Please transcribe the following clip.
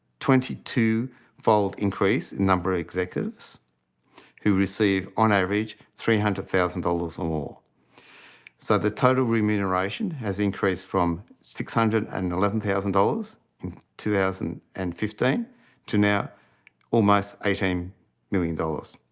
twenty two fold increase in number of executives who received on average three hundred thousand dollars or more. so the total remuneration has increased from six hundred and eleven thousand dollars in two thousand and fifteen to now almost eighteen million dollars.